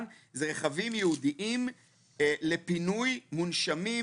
זה רכבים ייעודיים לפינוי מונשמים,